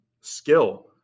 skill